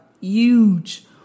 huge